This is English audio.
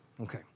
okay